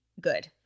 good